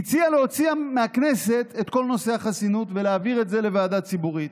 הציעה להוציא מהכנסת את כל נושא החסינות ולהעביר את זה לוועדה ציבורית.